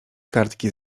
kartki